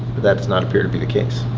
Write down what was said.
that does not appear to be the case.